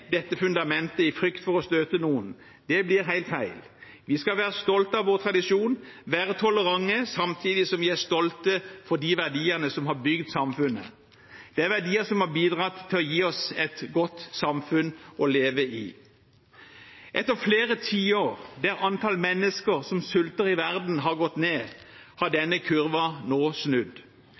dette fundamentet i frykt for å støte noen. Det blir helt feil. Vi skal være stolte av vår tradisjon, være tolerante samtidig som vi er stolte av de verdiene som har bygd samfunnet. Det er verdier som har bidratt til å gi oss et godt samfunn å leve i. Etter flere tiår der antallet mennesker som sulter i verden, har gått ned, har denne kurven nå snudd.